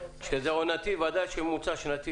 אז אתה אומר שעדיף לחשב ממוצע שנתי